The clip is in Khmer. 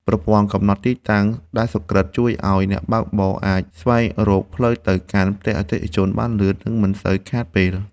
ប្រព័ន្ធកំណត់ទីតាំងដែលសុក្រឹតជួយឱ្យអ្នកបើកបរអាចស្វែងរកផ្លូវទៅកាន់ផ្ទះអតិថិជនបានលឿន និងមិនសូវខាតពេល។